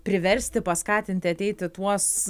priversti paskatinti ateiti tuos